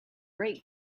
great